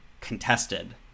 contested